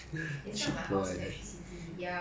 charge my things fully before I come home